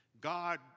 God